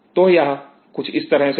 तो यह कुछ इस तरह होगा